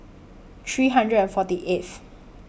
three hundred and forty eighth